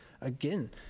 again